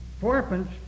fourpence